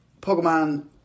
Pokemon